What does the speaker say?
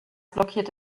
blockiert